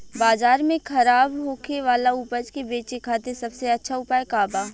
बाजार में खराब होखे वाला उपज के बेचे खातिर सबसे अच्छा उपाय का बा?